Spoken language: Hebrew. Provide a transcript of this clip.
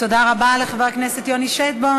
תודה רבה לחבר הכנסת יוני שטבון.